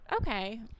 Okay